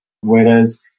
whereas